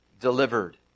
delivered